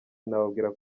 nababwira